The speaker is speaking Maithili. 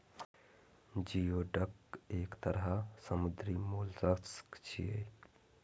जिओडक एक तरह समुद्री मोलस्क छियै